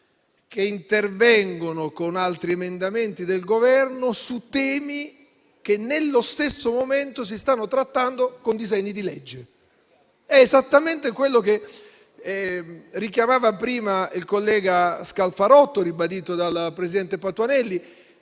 che interviene con altri emendamenti del Governo su temi che nello stesso momento si stanno trattando con disegni di legge. È esattamente quello che richiamava prima il collega Scalfarotto e che è stato poi ribadito dal presidente Patuanelli.